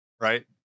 right